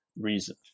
reason